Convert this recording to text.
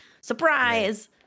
surprise